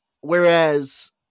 Whereas